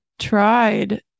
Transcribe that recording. Tried